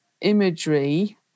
imagery